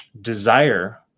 desire